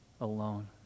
alone